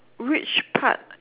which part